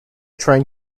train